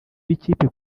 b’ikipe